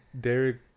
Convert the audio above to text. Derek